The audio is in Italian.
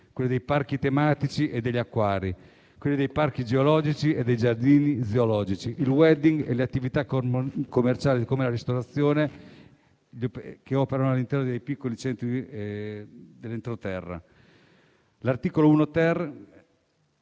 dei parchi tematici e degli acquari, dei parchi geologici e dei giardini zoologici, del *wedding* e delle attività commerciali come la ristorazione, che operano all'interno dei piccoli centri dell'entroterra. L'articolo 1-*ter*